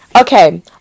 Okay